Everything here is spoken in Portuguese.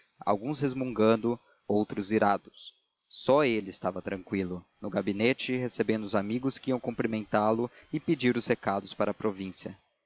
alguns resmungando outros irados só ele estava tranquilo no gabinete recebendo os amigos que iam cumprimentá-lo e pedir os recados para a província